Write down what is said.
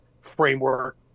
framework